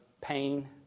pain